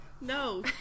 No